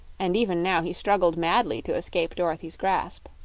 and even now he struggled madly to escape dorothy's grasp.